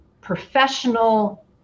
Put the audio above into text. professional